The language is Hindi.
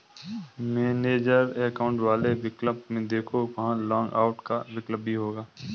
मैनेज एकाउंट वाले विकल्प में देखो, वहां लॉग आउट का विकल्प भी होगा